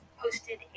posted